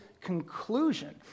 conclusion